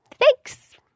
Thanks